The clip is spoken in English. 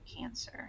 cancer